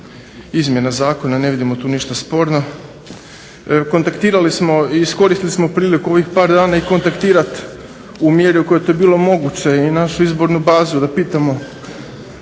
izmjena zakona. Ne vidimo tu ništa sporno. Kontaktirali smo i iskoristili smo priliku u ovih par dana i kontaktirati u mjeri u kojoj je to bilo moguće i našu izbornu bazu da pitamo